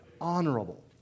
honorable